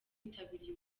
bitabiriye